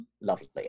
Lovely